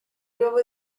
nuevo